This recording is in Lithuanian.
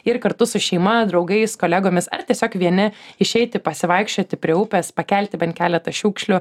ir kartu su šeima draugais kolegomis ar tiesiog vieni išeiti pasivaikščioti prie upės pakelti bent keletą šiukšlių